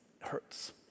Hurts